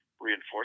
reinforce